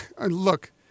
look